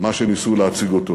מה שניסו להציג אותו: